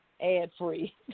ad-free